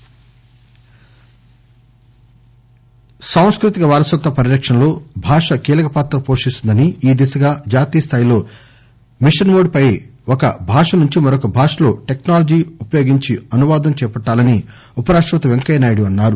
desk language సంస్కృతిక వారసత్వ పరిరక్షణలో భాష కీలక పాత్ర పోషిస్తుందని ఈ దిశగా జాతీయ స్థాయిలో మిషన్ మోడ్ పై ఒక భాష నుంచి మరొక భాషలో టెక్నాలజీ ఉపయోగించి అనువాదం చేపట్టాలని ఉపరాష్టపతి వెంకయ్యనాయుడు అన్నారు